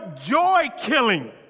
joy-killing